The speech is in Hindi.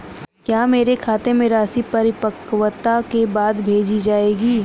क्या मेरे खाते में राशि परिपक्वता के बाद भेजी जाएगी?